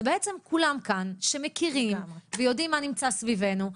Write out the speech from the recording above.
זה בעצם כולם כאן שמכירים ויודעים מה נמצא סביבנו,